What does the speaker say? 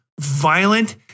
violent